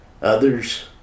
Others